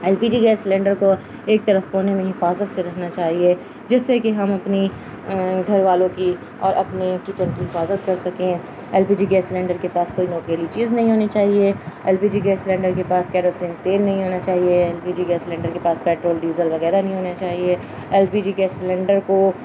L P G gas cylinder کو ایک طرف کونے میں حفاظت سے رکھنا چاہیے جس سے کہ ہم اپنی گھر والوں کی اور اپنے کچن کی حفاظت کر سکیں ایل پیس سلینڈر کے پاس کوئی نوکیری چیز نہیں ہونی چاہیے L P G gas cylinder کے پاس کییروسین تیل نہیں ہونا چاہیے L P G gas cylinder کے پاس پیٹرول ڈیزل وغیرہ نہیں ہونا چاہیے L P G gas cylinder کو